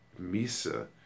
Misa